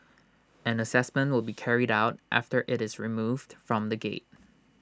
an Assessment will be carried out after IT is removed from the gate